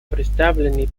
представленный